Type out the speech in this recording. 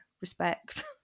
respect